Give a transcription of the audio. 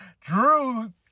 Drew